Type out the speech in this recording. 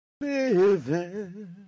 living